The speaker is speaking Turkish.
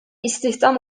istihdam